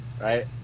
right